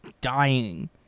dying